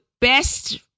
best